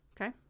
Okay